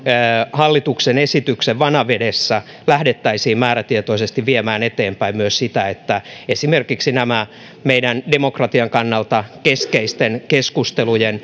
hallituksen esityksen vanavedessä lähdettäisiin määrätietoisesti viemään eteenpäin myös sitä että esimerkiksi nämä meidän demokratian kannalta keskeiset keskustelut